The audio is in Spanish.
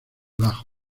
bajo